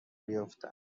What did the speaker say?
بیفتم